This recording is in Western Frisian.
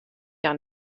hja